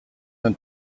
duen